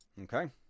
Okay